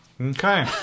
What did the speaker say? Okay